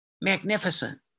Magnificent